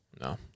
no